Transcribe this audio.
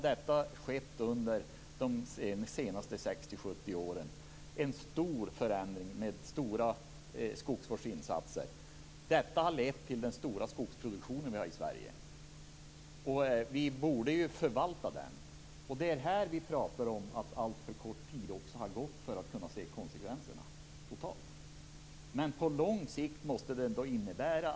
Det är fråga om en stor förändring med stora skogsvårdsinsatser, som lett till den stora skogsproduktion som vi har i Sverige. Vi borde förvalta den. Det är i detta sammanhang vi talar om att alltför kort tid har gått för att vi skall kunna se konsekvenserna totalt sett.